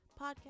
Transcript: Podcast